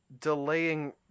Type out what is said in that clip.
delaying